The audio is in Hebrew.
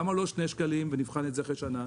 למה לא שני שקלים, ונבחן את זה אחרי שנה?